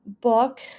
book